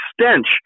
stench